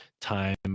time